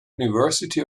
university